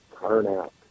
turnout